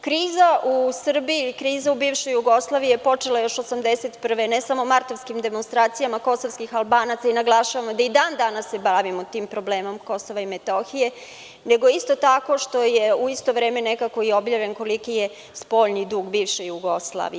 Kriza u Srbiji, kriza u bivšoj Jugoslaviji je počela još 1981. godine, ne samo martovskim demonstracijama kosovskih Albanaca, naglašavam da se i dan danas bavimo tim problemom Kosova i Metohije, nego isto tako što je u isto vreme nekako i objavljen koliki je spoljni dug bivše Jugoslavije.